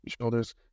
Shoulders